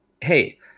hey